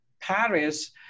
paris